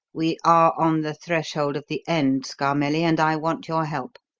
we are on the threshold of the end, scarmelli, and i want your help.